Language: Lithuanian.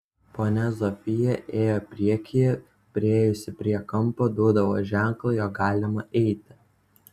ponia zofija ėjo priekyje priėjusi prie kampo duodavo ženklą jog galima eiti